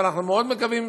אבל אנחנו מאוד מקווים